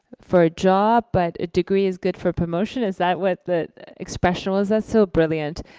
for a job, but a degree is good for promotion. is that what the expression was, that's so brilliant.